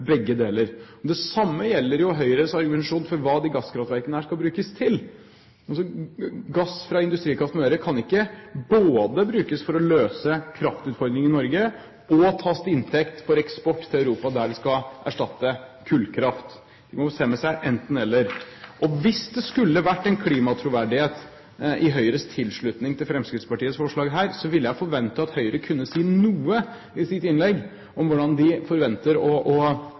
begge deler samtidig. Det samme gjelder jo Høyres argumentasjon for hva disse gasskraftverkene skal brukes til – altså gass fra Industrikraft Møre kan ikke både brukes for å løse kraftutfordringene i Norge og tas til inntekt for eksport til Europa der den skal erstatte kullkraft. Man må bestemme seg for enten–eller! Hvis det skulle ha vært en klimatroverdighet i Høyres tilslutning til Fremskrittspartiets forslag her, ville jeg forvente at Høyre kunne si noe i sitt innlegg om hvordan de forventer å